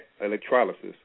electrolysis